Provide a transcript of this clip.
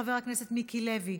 חבר הכנסת מיקי לוי,